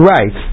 Right